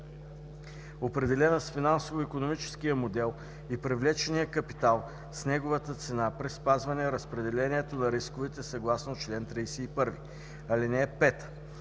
определена с финансово-икономическия модел, и привлечения капитал с неговата цена при спазване разпределението на рисковете съгласно чл. 31. (5)